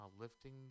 lifting